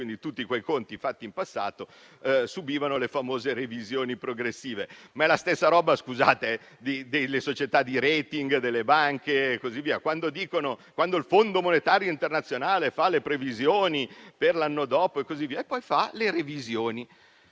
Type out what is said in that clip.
cui tutti quei conti fatti in passato subivano le famose revisioni progressive. È la stessa roba delle società di *rating,* delle banche e così via, quando il Fondo monetario internazionale fa le previsioni per l'anno dopo e così via, e poi fa le revisioni